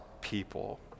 people